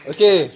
Okay